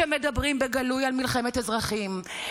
שמדברים בגלוי על מלחמת אזרחים,